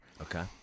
Okay